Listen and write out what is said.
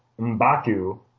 M'Baku